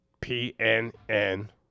P-N-N